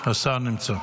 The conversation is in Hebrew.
השר נמצא.